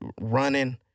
running